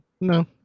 No